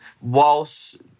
whilst